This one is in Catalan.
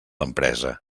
empresa